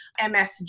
MSG